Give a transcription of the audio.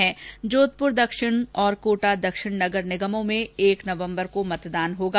Jaipur greater Jodhpur दक्षिण और कोटा दक्षिण नगर निगमों में एक नवम्बर को मतदान होगा